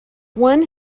one